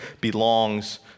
belongs